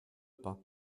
pas